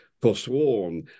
forsworn